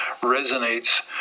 resonates